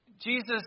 Jesus